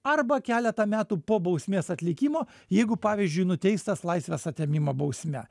arba keletą metų po bausmės atlikimo jeigu pavyzdžiui nuteistas laisvės atėmimo bausme